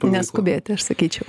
neskubėti aš sakyčiau